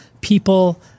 people